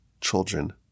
children